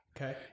Okay